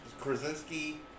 Krasinski